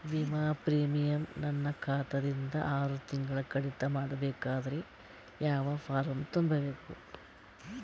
ವಿಮಾ ಪ್ರೀಮಿಯಂ ನನ್ನ ಖಾತಾ ದಿಂದ ಆರು ತಿಂಗಳಗೆ ಕಡಿತ ಮಾಡಬೇಕಾದರೆ ಯಾವ ಫಾರಂ ತುಂಬಬೇಕು?